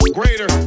greater